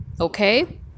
okay